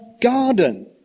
garden